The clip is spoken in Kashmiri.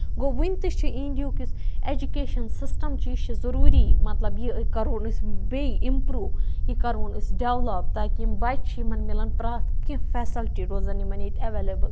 گوٚو ؤنۍ تہِ چھ اِنڈیہُک یُس ایجوکیشَن سِسٹم چھُ یہِ چھُ ضروٗری مطلب یہِ کَرون أسۍ بیٚیہِ امپرروٗ یہِ کَرون أسۍ ڈیولَپ تاکہِ یِم بَچہِ چھِ یِمن مِلن پرٛٮ۪تھ کیٚنہہ فیسَلٹی روزان یِمن ییٚتہِ ایویلیبٕل